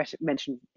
mentioned